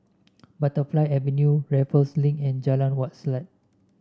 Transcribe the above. Butterfly Avenue Raffles Link and Jalan Wak Selat